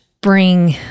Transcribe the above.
bring